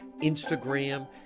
Instagram